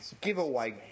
giveaway